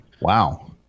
wow